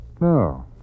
No